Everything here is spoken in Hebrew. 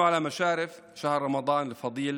להלן תרגומם: אנחנו לקראת חודש רמדאן המבורך,